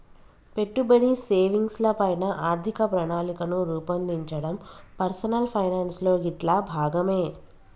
పెట్టుబడి, సేవింగ్స్ ల పైన ఆర్థిక ప్రణాళికను రూపొందించడం పర్సనల్ ఫైనాన్స్ లో గిట్లా భాగమే